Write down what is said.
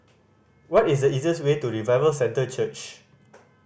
what is the easiest way to Revival Centre Church